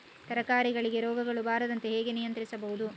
ತರಕಾರಿಗಳಿಗೆ ರೋಗಗಳು ಬರದಂತೆ ಹೇಗೆ ನಿಯಂತ್ರಿಸುವುದು?